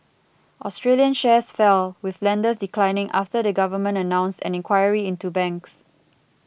Australian shares fell with lenders declining after the government announced an inquiry into banks